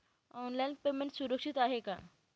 Online payment सुरक्षित आहे का?